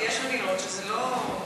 יש מדינות שזה לא,